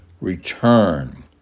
return